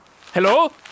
Hello